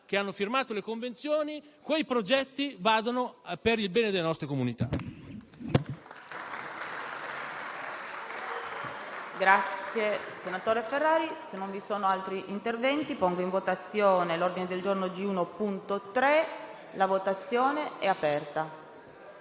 che ha firmato le convenzioni, quei progetti si realizzino per il bene della nostra comunità.